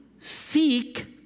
Seek